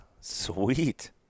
Sweet